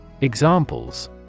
Examples